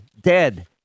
dead